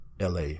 LA